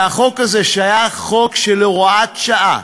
והחוק הזה היה חוק של הוראת שעה,